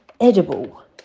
edible